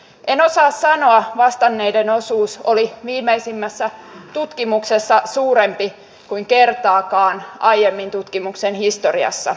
en osaa sanoa vastanneiden osuus oli viimeisimmässä tutkimuksessa suurempi kuin kertaakaan aiemmin tutkimuksen historiassa